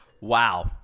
Wow